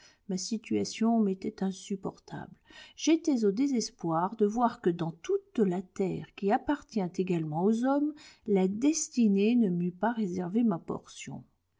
ma situation m'était insupportable j'étais au désespoir de voir que dans toute la terre qui appartient également aux hommes la destinée ne m'eût pas réservé ma portion